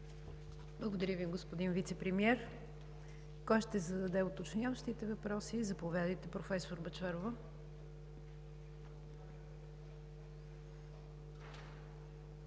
Благодаря Ви, господин Вицепремиер. Кой ще зададе уточняващите въпроси? Заповядайте, професор Бъчварова.